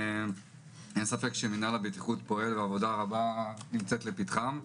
אין ספק שמנהל הבטיחות פועל ועבודה רבה נמצאת לפתחם.